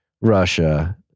Russia